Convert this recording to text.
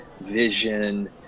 vision